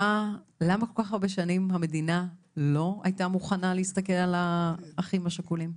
למה כל כך הרבה שנים המדינה לא הייתה מוכנה להסתכל על האחים השכולים?